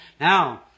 Now